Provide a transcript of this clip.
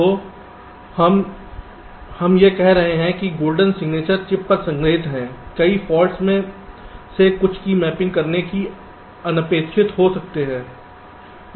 तो यह हम कह रहे हैं कि गोल्डन सिग्नेचर चिप पर संग्रहीत हैं कई फॉल्ट्स में से कुछ की मैपिंग करने से कुछ अनपेक्षित हो सकते हैं